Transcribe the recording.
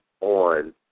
on